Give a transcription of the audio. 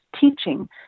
teaching